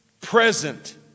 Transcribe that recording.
present